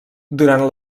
durant